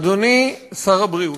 אדוני שר הבריאות,